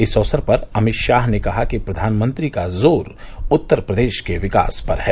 इस अवसर पर अमित शाह ने कहा कि प्रधानमंत्री का जोर उत्तर प्रदेश के विकास पर है